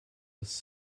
was